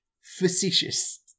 Facetious